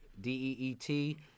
DEET